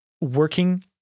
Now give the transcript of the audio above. working